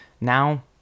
Now